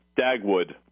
Dagwood